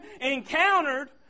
encountered